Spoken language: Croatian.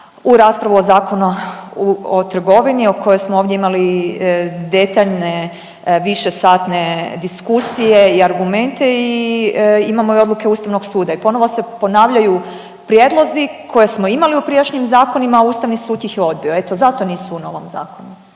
u raspravu o Zakonu o trgovini o kojoj smo ovdje imali detaljne višesatne diskusije i argumente i imamo i odluke Ustavnog suda. I ponovo se ponavljaju prijedlozi koje smo imali u prijašnjim zakonima a Ustavni sud ih je odbio. Eto zato nisu u novom zakonu,